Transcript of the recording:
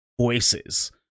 voices